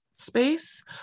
Space